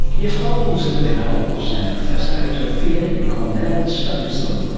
yes, voles live in holes, and professor alex ophir in cornell studies them,